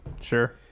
Sure